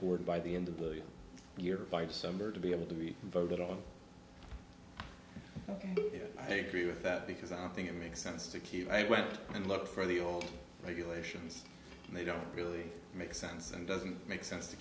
board by the end of the year by december to be able to be voted on day three with that because i think it makes sense to keep it well and look for the old regulations and they don't really make sense and doesn't make sense to